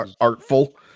Artful